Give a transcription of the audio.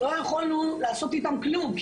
לא יכולנו לעשות איתם כלום.